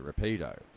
rapido